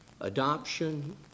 adoption